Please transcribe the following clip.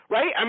Right